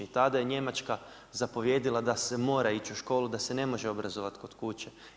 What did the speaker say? I tada je Njemačka zapovjedila da se mora ići u školu, da se ne može obrazovati kod kuće.